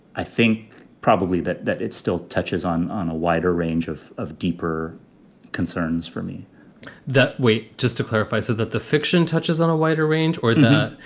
i think probably that that it still touches on on a wider range of of deeper concerns for me that way just to clarify, so that the fiction touches on a wider range or that.